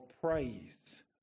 praise